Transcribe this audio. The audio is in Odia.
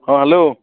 ହଁ ହ୍ୟାଲୋ